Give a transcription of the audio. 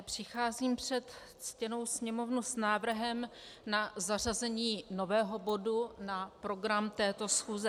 Přicházím před ctěnou Sněmovnu s návrhem na zařazení nového bodu na program této schůze.